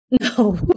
No